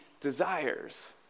desires